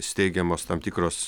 steigiamos tam tikros